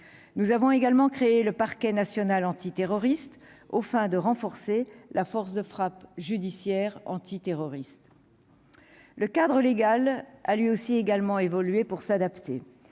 nous avons également créé le Parquet national antiterroriste aux fins de renforcer la force de frappe judiciaire anti- terroriste. Le cadre légal, a lui aussi également évoluer pour s'adapter,